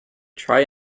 try